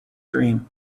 dream